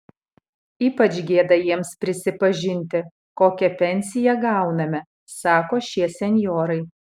ypač gėda jiems prisipažinti kokią pensiją gauname sako šie senjorai